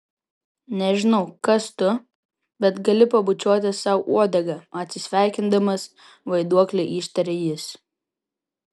nežinau kas tu bet gali pabučiuoti sau uodegą atsisveikindamas vaiduokli ištarė jis